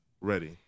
ready